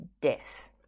death